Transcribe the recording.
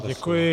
Děkuji.